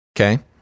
Okay